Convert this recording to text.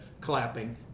clapping –